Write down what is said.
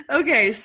okay